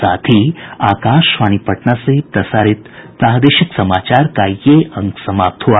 इसके साथ ही आकाशवाणी पटना से प्रसारित प्रादेशिक समाचार का ये अंक समाप्त हुआ